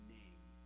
name